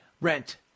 Rent